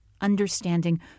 understanding